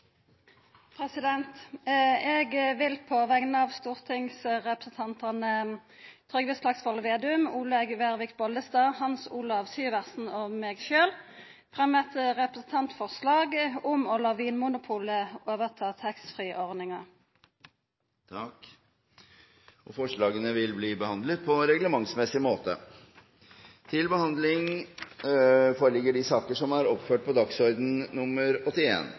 representantforslag. Eg vil på vegner av stortingsrepresentantane Trygve Slagsvold Vedum, Olaug V. Bollestad, Hans Olav Syversen og meg sjølv fremja eit representantforslag om å la Vinmonopolet overta taxfree-ordninga. Forslagene vil bli behandlet på reglementsmessig måte. Før sakene på dagens kart tas opp til behandling,